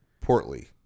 Portly